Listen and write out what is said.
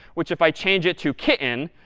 which if i change it to kitten,